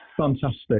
fantastic